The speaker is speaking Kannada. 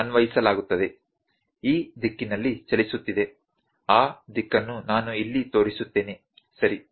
ಈ ದಿಕ್ಕಿನಲ್ಲಿ ಚಲಿಸುತ್ತಿದೆ ಆ ದಿಕ್ಕನ್ನು ನಾನು ಇಲ್ಲಿ ತೋರಿಸುತ್ತೇನೆ ಸರಿ